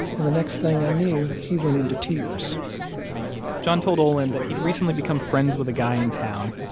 and the next thing i knew, he went into tears john told olin that he'd recently become friends with a guy in town,